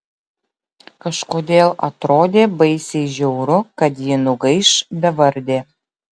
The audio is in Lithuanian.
kažkodėl atrodė baisiai žiauru kad ji nugaiš bevardė